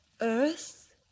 Earth